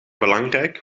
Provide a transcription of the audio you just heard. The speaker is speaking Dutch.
belangrijk